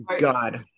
God